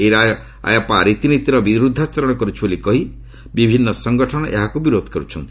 ଏହି ରାୟ ଆୟାପ୍ପା ରୀତିନୀତିର ବିରୋଧାଚରଣ କରୁଛି ବୋଲି କହି ବିଭିନ୍ନ ସଂଗଠନ ଏହାକୁ ବିରୋଧ କରୁଛନ୍ତି